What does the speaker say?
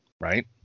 right